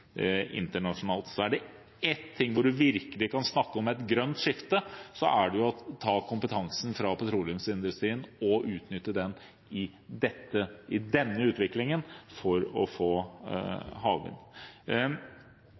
virkelig snakke om et grønt skifte, nemlig gjennom å ta kompetansen fra petroleumsindustrien og utnytte den i utviklingen av havvind. Det er noen land som ligger i